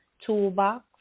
toolbox